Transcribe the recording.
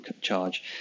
charge